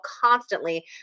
constantly